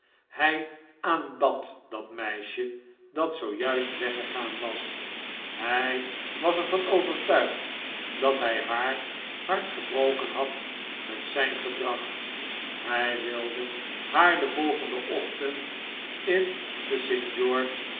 hij aanbad dat meisje dat zoo juist weggegaan was hij was er van overtuigd dat hij haar hart gebroken had met zijn gedrag hij wilde haar den volgenden ochtend in de